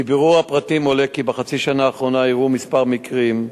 מבירור הפרטים עולה כי בחצי השנה האחרונה אירעו כמה מקרים.